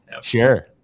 Sure